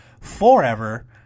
forever